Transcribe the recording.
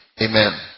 Amen